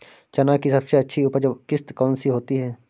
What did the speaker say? चना की सबसे अच्छी उपज किश्त कौन सी होती है?